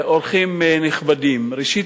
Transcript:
אורחים נכבדים, ראשית,